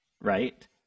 right